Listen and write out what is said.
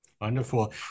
Wonderful